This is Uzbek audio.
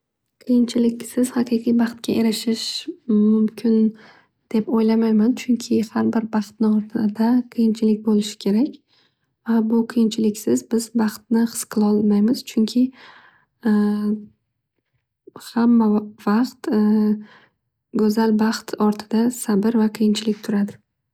Qiyinchiliksiz haqiqiy baxtga erishish mumkin deb o'ylamayman. Chunki har bir baxtni ortida qiyinchilik bo'lishi kerak. Va bu qiyinchiliksiz biz baxtni his qilaolmaymiz. Hamma vaqt go'zal baxt ortida sabe va qiyinchilik turadi.